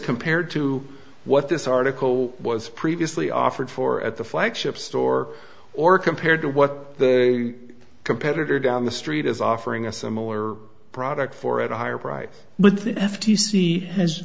compared to what this article was previously offered for at the flagship store or compared to what the competitor down the street is offering a similar product for at a higher price but